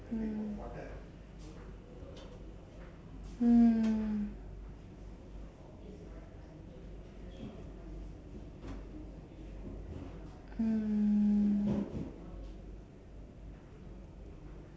mm